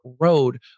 road